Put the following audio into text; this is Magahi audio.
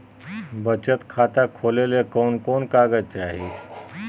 बचत खाता खोले ले कोन कोन कागज चाही?